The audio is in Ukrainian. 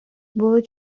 були